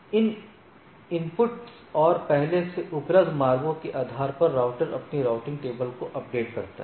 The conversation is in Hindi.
इन इनपुट और पहले से उपलब्ध मार्गों के आधार पर राउटर अपनी राउटिंग टेबल को अपडेट करता है